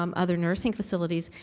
um other nursing facilities.